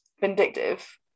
vindictive